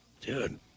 dude